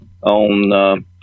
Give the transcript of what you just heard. on